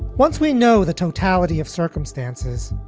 once we know the totality of circumstances,